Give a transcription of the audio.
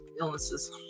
illnesses